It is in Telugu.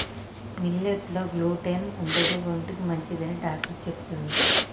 మిల్లెట్ లో గ్లూటెన్ ఉండదు ఒంటికి మంచిదని డాక్టర్ చెప్పిండు